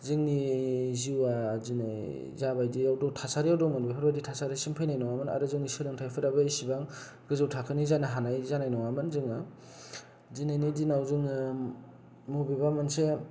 जोंनि जिवा दिनै जाबायदि थासारियाव दङ बेफोरबादि थासारिसिम फैनाय नङामोन आरो जोंनि सोलोंथाइफोराबो एसेबां गोजौ थाखोनि जानोहानाय नङामोन जोङो दिनैनि दिनाव जोङो मबेबा मोनसे